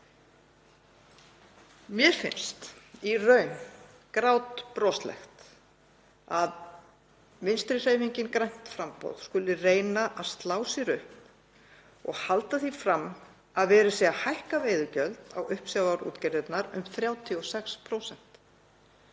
Mér finnst í raun grátbroslegt að Vinstrihreyfingin – grænt framboð skuli reyna að slá sér upp og halda því fram að verið sé að hækka veiðigjöld á uppsjávarútgerðirnar um 36%.